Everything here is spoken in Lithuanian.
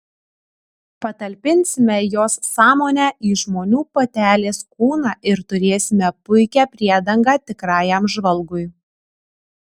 patalpinsime jos sąmonę į žmonių patelės kūną ir turėsime puikią priedangą tikrajam žvalgui